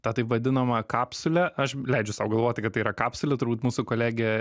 tą taip vadinamą kapsulę aš leidžiu sau galvoti kad tai yra kapsulė turbūt mūsų kolegė